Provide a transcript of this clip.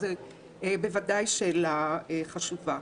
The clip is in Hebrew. זו בוודאי שאלה חשובה.